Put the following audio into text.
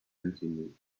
continued